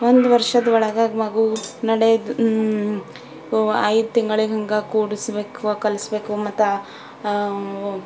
ಒಂದು ವರ್ಷದೊಳಗಾಗಿ ಮಗುವು ನಡೆದು ಒ ಐದು ತಿಂಗಳಿಗೆ ಹಂಗೆ ಕೂಡಿಸ್ಬೇಕು ಕಲಸ್ಬೇಕು ಮತ್ತು